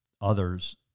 others